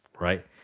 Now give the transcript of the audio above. right